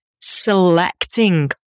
selecting